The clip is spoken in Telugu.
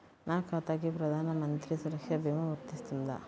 నా ఖాతాకి ప్రధాన మంత్రి సురక్ష భీమా వర్తిస్తుందా?